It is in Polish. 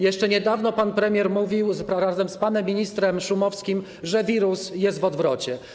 Jeszcze niedawno pan premier mówił razem z panem ministrem Szumowskim, że wirus jest w odwrocie.